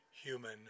human